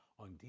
on